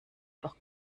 doch